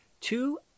two